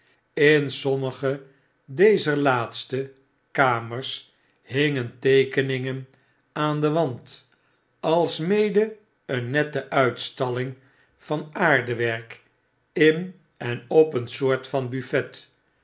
in sommige dezer laatste kamers hingen teekeningen aan den wand alsmede een nette uitstalling van aardewerk in en op een soort van buffet